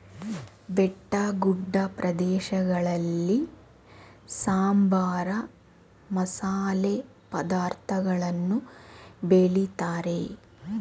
ಬೆಟ್ಟಗುಡ್ಡ ಪ್ರದೇಶಗಳಲ್ಲಿ ಸಾಂಬಾರ, ಮಸಾಲೆ ಪದಾರ್ಥಗಳನ್ನು ಬೆಳಿತಾರೆ